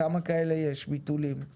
כמה כאלה ביטולים יש?